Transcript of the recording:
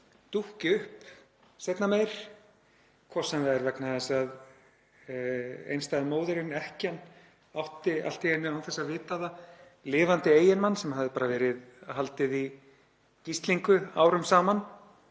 dúkki upp seinna meir, hvort sem það er vegna þess að einstæða móðirin, ekkjan, átti allt í einu án þess að vita það lifandi eiginmann sem hafði verið haldið í gíslingu árum saman